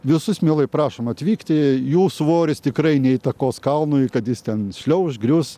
visus mielai prašom atvykti jų svoris tikrai neįtakos kalnui kad jis ten šliauš grius